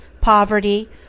poverty